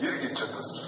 irgi čia tas